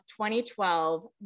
2012